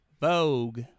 Vogue